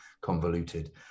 convoluted